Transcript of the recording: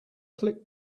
click